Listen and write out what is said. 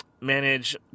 manage